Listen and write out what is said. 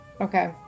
Okay